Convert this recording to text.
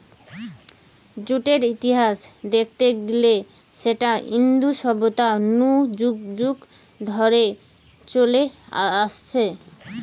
জুটের ইতিহাস দেখতে গিলে সেটা ইন্দু সভ্যতা নু যুগ যুগ ধরে চলে আসছে